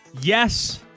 Yes